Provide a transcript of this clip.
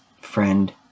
friend